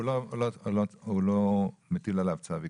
הוא לא מטיל עליו צו עיכוב,